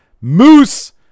Moose